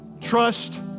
trust